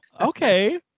okay